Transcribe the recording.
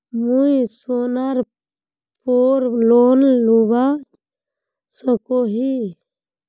मुई सोनार पोर लोन लुबा सकोहो ही?